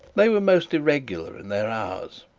they were most irregular in their hours.